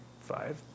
five